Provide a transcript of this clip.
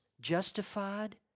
justified